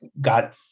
got